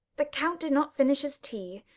the count did not finish his tea,